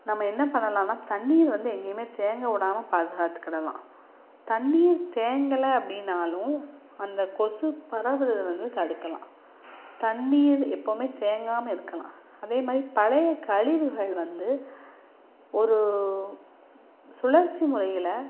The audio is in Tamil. நம்ம என்ன பண்ணலான்னால் தண்ணீர் வந்து எங்கேயுமே தேங்க விடாம பாதுகாத்துக்கிடலாம் தண்ணீர் தேங்கலை அப்படின்னாலும் அந்த கொசு பரவுகிறத வந்து தடுக்கலாம் தண்ணீர் எப்பவுமே தேங்காமல் இருக்கலாம் அதே மாதிரி பழைய கழிவுகள் வந்து ஒரு சுழற்சி முறையில்